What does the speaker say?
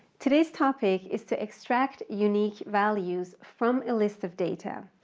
today's topic is to extract unique values from a list of data,